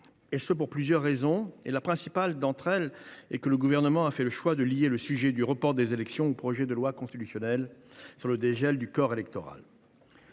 et ce pour plusieurs raisons. D’abord, le Gouvernement a fait le choix de lier le sujet du report des élections au projet de loi constitutionnelle sur le dégel du corps électoral.